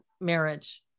marriage